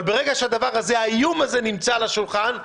אבל ברגע שהאיום הזה נמצא על השולחן,